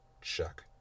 Check